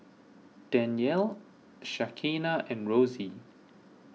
Danyel Shaquana and Rosy